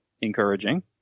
encouraging